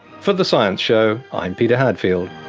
for the science show, i'm peter hadfield.